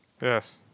Yes